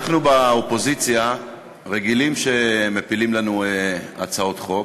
אנחנו באופוזיציה רגילים שמפילים לנו הצעות חוק,